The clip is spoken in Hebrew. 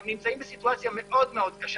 הם נמצאים בסיטואציה מאוד מאוד קשה